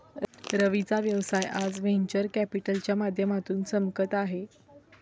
रवीचा व्यवसाय आज व्हेंचर कॅपिटलच्या माध्यमातून चमकत आहे